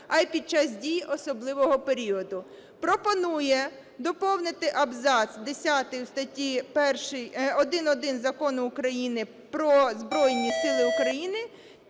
а під час дій особливого періоду. Пропонує доповнити абзац десятий у статті 1.1 Закону України "Про Збройні Сили України"